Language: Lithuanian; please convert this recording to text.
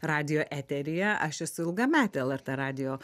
radijo eteryje aš esu ilgametė lrt radijo